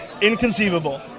inconceivable